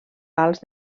vals